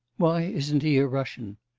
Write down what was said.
why isn't he a russian?